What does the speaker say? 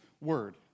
word